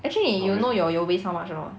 actually you know your your waist how much or not